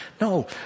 No